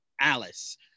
Alice